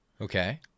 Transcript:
Okay